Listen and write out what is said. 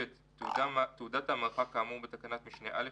(ב) תעודת המערכה כאמור בתקנת משנה (א)